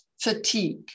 fatigue